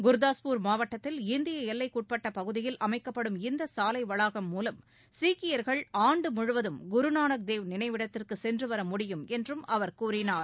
குர்தாஸ்பூர் மாவட்டத்தில் இந்திய எல்லைக்குட்பட்ட பகுதியில் அமைக்கப்படும் இந்த சாலை வளாகம் மூலம் சீக்கியர்கள் ஆண்டு முழுவதும் குருநானக் தேவ் நினைவிடத்திற்கு சென்று வர முடியும் என்றும் அவர் கூறினார்